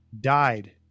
died